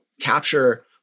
capture